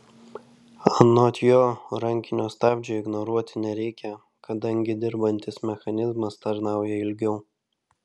anot jo rankinio stabdžio ignoruoti nereikia kadangi dirbantis mechanizmas tarnauja ilgiau